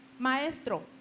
Maestro